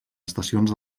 estacions